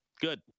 Good